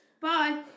Bye